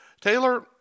Taylor